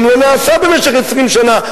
שגם לא נעשה במשך 20 שנה,